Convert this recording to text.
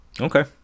Okay